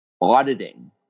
auditing